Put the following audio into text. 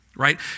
Right